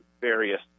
various